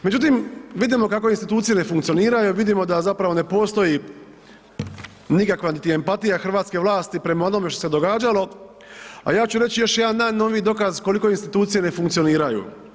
Međutim, vidimo kako institucije ne funkcioniraju jer vidimo da zapravo ne postoji nikakva niti empatija hrvatske vlasti prema onome što se događalo, a ja ću reći još jedan najnoviji dokaz koliko institucije ne funkcioniraju.